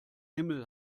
himmel